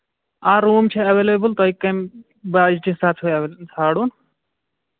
آ روٗم چھِ ایٚویلیبٔل تُہۍ کَمہِ بَجٹہٕ حساب چھُو ژھانٛڈُن